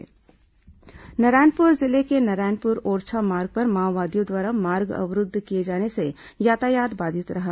माओवादी समाचार नारायणपुर जिले के नारायणपुर ओरछा मार्ग पर माओवादियों द्वारा मार्ग अवरूद्ध किए जाने से यातायात बाधित रहा